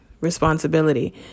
responsibility